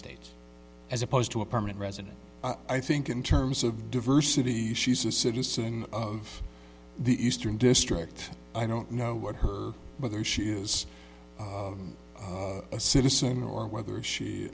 states as opposed to a permanent resident i think in terms of diversity she's a citizen of the eastern district i don't know what her whether she is a citizen or whether she